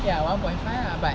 ya one point five lah but